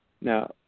Now